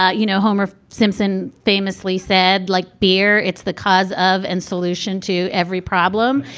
ah you know, homer simpson famously said, like beer, it's the cause of and solution to every problem.